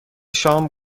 شام